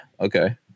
okay